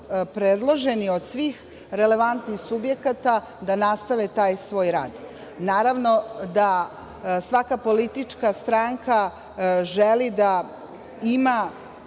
predloženi od svih relevantnih subjekata da nastave taj svoj rad. Naravno da svaka politička stranka želi da ima